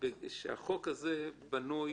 שהחוק הזה בנוי